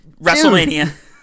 WrestleMania